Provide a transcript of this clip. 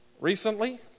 Recently